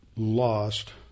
Lost